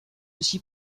aussi